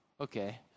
okay